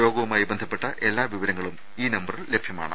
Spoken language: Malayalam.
രോഗ വുമായി ബന്ധപ്പെട്ട എല്ലാ വിവരങ്ങളും ഈ നമ്പറിൽ ലഭ്യമാണ്